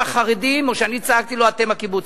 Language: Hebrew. החרדים" או שאני צעקתי לו "אתם הקיבוצניקים".